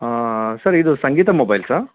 ಹಾಂ ಸರ್ ಇದು ಸಂಗೀತ ಮೊಬೈಲ್ಸಾ